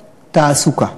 תעסוקה,